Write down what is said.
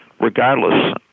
regardless